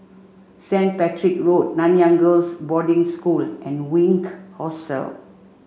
Saint Patrick's Road Nanyang Girls' Boarding School and Wink Hostel